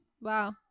wow